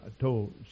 told